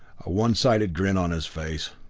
a one-sided grin on his face.